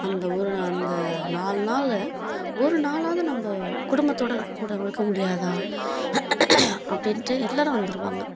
அந்த ஊர் அந்த நாலு நாளில் ஒரு நாளாவது நம்ம குடும்பத்தோடு இருக்க முடியாதா அப்படின்ட்டு எல்லோரும் வந்துடுவாங்க